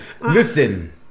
Listen